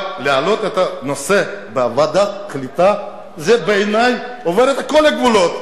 אבל להעלות את הנושא בוועדה קליטה זה בעיני עובר את כל הגבולות.